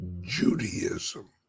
Judaism